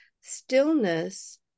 stillness